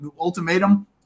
ultimatum